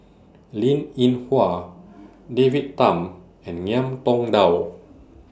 Linn in Hua David Tham and Ngiam Tong Dow